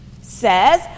says